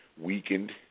weakened